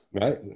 Right